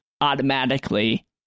automatically